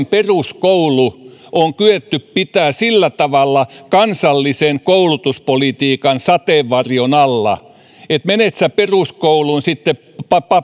peruskoulu on kyetty pitämään sillä tavalla kansallisen koulutuspolitiikan sateenvarjon alla että menet sinä peruskouluun sitten